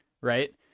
right